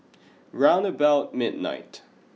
round about midnight